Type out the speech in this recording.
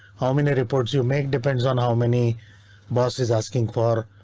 how many reports you make depends on how many boss is asking for,